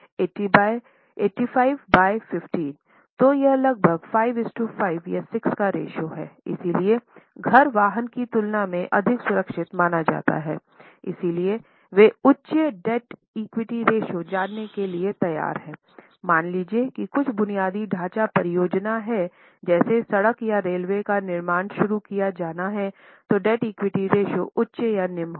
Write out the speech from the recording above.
तो डेब्ट equity ratio उच्च या निम्न होगा